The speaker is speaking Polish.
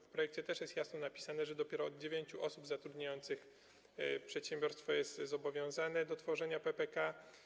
W projekcie też jest jasno napisane, że dopiero od 9 osób zatrudnionych przedsiębiorstwo jest zobowiązane do tworzenia PPK.